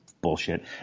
Bullshit